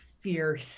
fierce